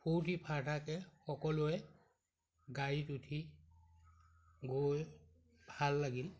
ফূৰ্তি ফাৰ্তাকৈ সকলোৱে গাড়ীত উঠি গৈ ভাল লাগিল